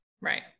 Right